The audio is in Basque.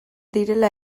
direla